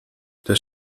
das